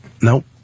Nope